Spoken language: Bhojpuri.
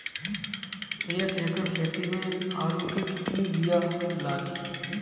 एक एकड़ खेती में आलू के कितनी विया लागी?